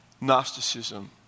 Gnosticism